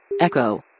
Echo